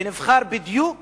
הוא נבחר בדיוק